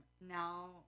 Now